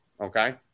Okay